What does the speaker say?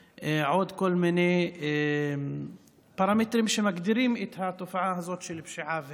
ועוד כל מיני פרמטרים שמגדירים את התופעה הזאת של פשיעה ואלימות.